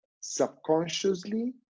subconsciously